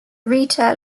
retail